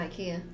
Ikea